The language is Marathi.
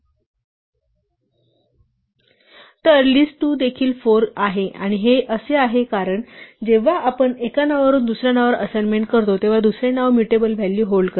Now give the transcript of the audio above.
तर list 2 ही देखील 4 आहे आणि हे असे आहे कारण जेव्हा आपण एका नावावरून दुसर्या नावावर असाइनमेंट करतो तेव्हा दुसरे नाव म्यूटेबल व्हॅल्यू होल्ड करते